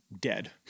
dead